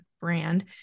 brand